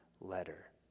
letter